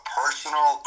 personal